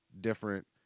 different